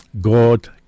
god